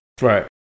Right